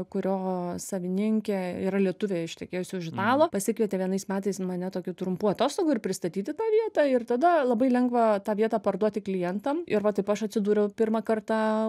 kurio savininkė yra lietuvė ištekėjusi už italo pasikvietė vienais metais mane tokių trumpų atostogų ir pristatyti tą vietą ir tada labai lengva tą vietą parduoti klientam ir va taip aš atsidūriau pirmą kartą